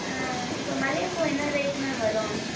இப்போ மல்லிகைப்பூ என்ன ரேட்டு மேம் வரும்